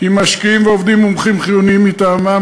כי משקיעים ועובדים מומחים חיוניים מטעמם